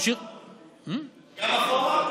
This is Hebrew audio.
גם אחורה,